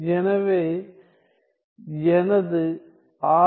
எனவே எனது ஆர்